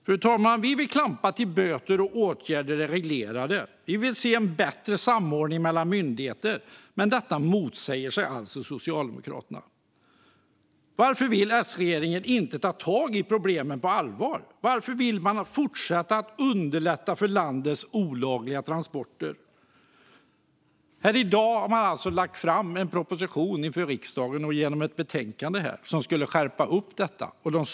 Fru talman! Vi vill klampa till dess böter är reglerade och åtgärder är vidtagna. Vi vill se en bättre samordning mellan myndigheterna. Men detta motsätter sig alltså Socialdemokraterna. Varför vill inte S-regeringen ta tag i problemen på allvar? Varför vill man fortsätta att underlätta för landets olagliga transporter? I dag har regeringen lagt fram en proposition till riksdagen, och nu finns ett betänkande med förslag på skärpningar.